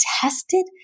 tested